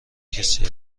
کسی